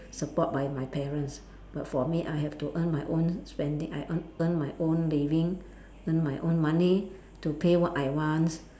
support by my parents but for me I have to earn my own spending I earn earn my own living earn my own money to pay what I wants